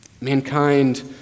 Mankind